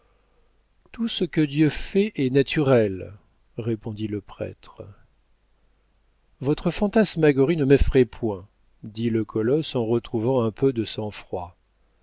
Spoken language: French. tout ce que dieu fait est naturel répondit le prêtre votre fantasmagorie ne m'effraie point dit le colosse en retrouvant un peu de sang-froid